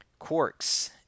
quarks